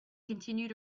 continued